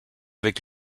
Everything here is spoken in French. avec